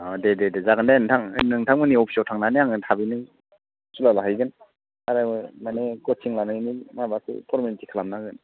अ दे दे दे जागोन दे नोंथां नोंथांमोननि अफिसाव थांनानै आङो थाबैनो सिमान जाहैगोन आरो मानि कचिं लानायनि माबाखौ फरमेलिटि खालामना होगोन